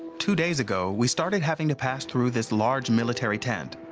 two days ago, we started having to pass through this large military tent.